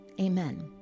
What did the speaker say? Amen